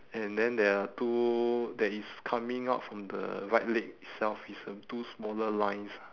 and then there are two that is coming out from the right leg itself it's uh two smaller lines